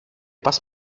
πας